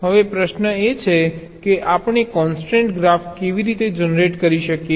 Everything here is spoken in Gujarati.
હવે પ્રશ્ન એ છે કે આપણે કોન્સ્ટ્રેન્ટ ગ્રાફ કેવી રીતે જનરેટ કરી શકીએ